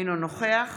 אינו נוכח